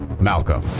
Malcolm